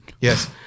Yes